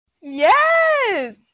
Yes